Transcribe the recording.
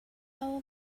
how